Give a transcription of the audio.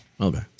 Okay